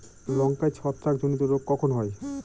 লঙ্কায় ছত্রাক জনিত রোগ কখন হয়?